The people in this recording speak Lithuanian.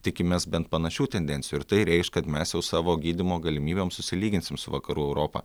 tikimės bent panašių tendencijų ir tai reikš kad mes jau savo gydymo galimybėm susilyginsime su vakarų europa